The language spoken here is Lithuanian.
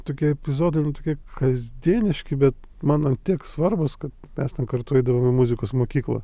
tokie epizodai kaip kasdieniški bet man ant tiek svarbūs kad mes ten kartu eidavom į muzikos mokyklą